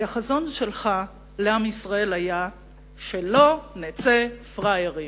כי החזון שלך לעם ישראל היה שלא נצא פראיירים.